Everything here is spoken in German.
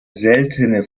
seltene